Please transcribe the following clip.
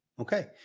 okay